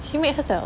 she made herself